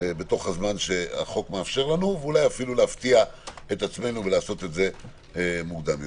בזמן שהחוק מאפשר לנו ואולי אף להפתיע את עצמנו ולעשות זאת מוקדם יותר.